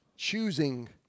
choosing